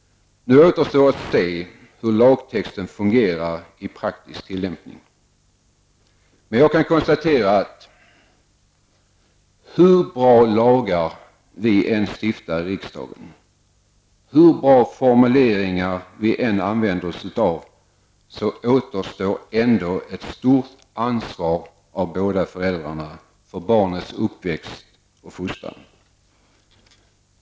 Nu återstår att se hur lagtexten fungerar i praktisk tillämpning. Men jag kan konstatera att hur bra lagar vi än stiftar i riksdagen och hur bra formuleringar vi än använder oss av, återstår ändå ett stort ansvar av båda föräldrarna för barnets uppväxt och fostran.